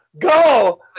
go